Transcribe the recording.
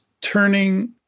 turning